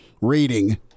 reading